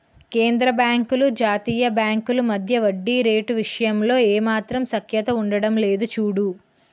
కేంద్రబాంకులు జాతీయ బాంకుల మధ్య వడ్డీ రేటు విషయంలో ఏమాత్రం సఖ్యత ఉండడం లేదు చూడు